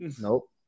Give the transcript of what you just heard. nope